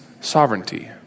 sovereignty